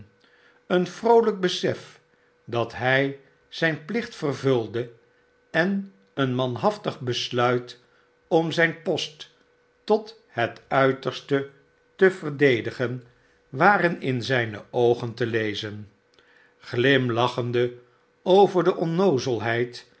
een vroolijk besef dat hij zijn plicht vervulde en een naanhaftig besluit om zijn post tot het uiterste te verdedigen waren in zijne oogen te lezen glimlachende over de